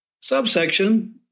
Subsection